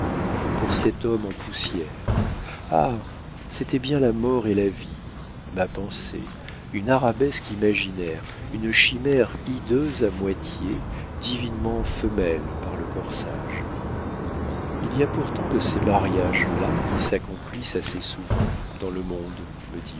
pour cet homme en poussière ah c'était bien la mort et la vie ma pensée une arabesque imaginaire une chimère hideuse à moitié divinement femelle par le corsage il y a pourtant de ces mariages là qui s'accomplissent assez souvent dans le monde